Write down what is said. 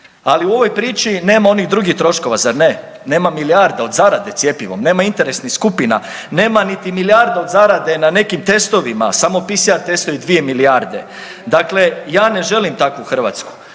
Ali u ovoj priči nema onih drugih troškova zar ne, nema milijarda od zarade cjepivom, nema interesnih skupina, nema niti milijarda od zarade na nekim testovima, samo PCR testovi 2 milijarde. Dakle, ja ne želim takvu Hrvatsku,